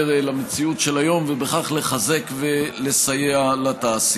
למציאות של היום ובכך לחזק את התעשייה ולסייע לה.